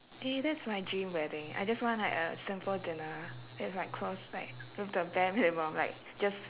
eh that's my dream wedding I just want like a simple dinner with like close like with the bare minimum like just